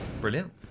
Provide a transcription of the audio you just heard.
Brilliant